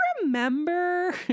remember